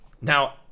Now